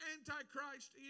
Antichrist